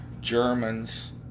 Germans